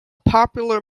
popular